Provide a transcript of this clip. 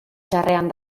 txarrean